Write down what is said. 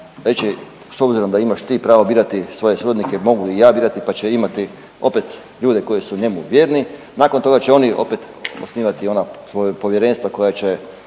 reći s obzirom da imaš ti pravo birati svoje suradnike, mogu i ja birati, pa će imati opet ljude koji su njemu vjerni, nakon toga će oni opet osnivati ona svoja povjerenstva koja će